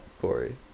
Corey